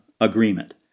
agreement